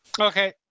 Okay